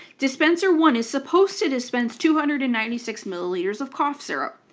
dispenser one is supposed to dispense two hundred and ninety six milliliters of cough syrup.